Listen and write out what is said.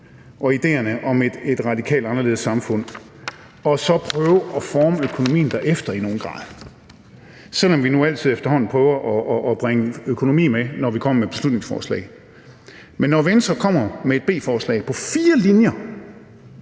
og ideerne om et radikalt anderledes samfund og så i nogen grad prøve at forme økonomien derefter, selv om vi nu altid efterhånden prøver at bringe økonomi med, når vi kommer med beslutningsforslag. Men når Venstre kommer med et b-forslag på fire linjer,